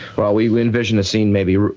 well we we envision a scene maybe,